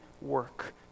work